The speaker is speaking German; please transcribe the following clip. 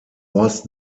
horst